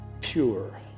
pure